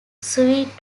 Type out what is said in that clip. sweet